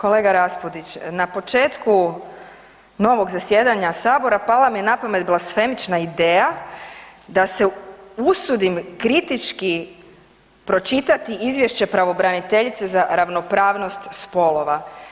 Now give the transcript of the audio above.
Kolega Raspudić, na početku novog zasjedanja Sabora, pala mi je napamet blasfemična ideja da se usudim kritički pročitati izvješće pravobraniteljice za ravnopravnost spolova.